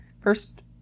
First